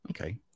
Okay